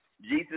Jesus